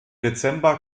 dezember